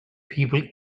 people